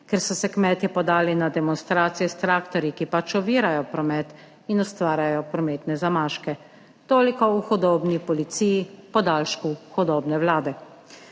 ker so se kmetje podali na demonstracije s traktorji, ki pač ovirajo promet in ustvarjajo prometne zamaške. Toliko o hudobni policiji, podaljšku hudobne Vlade.